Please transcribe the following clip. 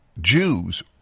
Jews